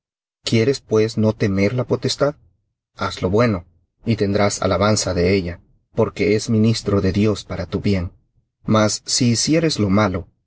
quieres pues no temer la potestad haz lo bueno y tendrás alabanza de ella porque es ministro de dios para tu bien mas si hicieres lo malo